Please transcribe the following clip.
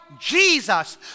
Jesus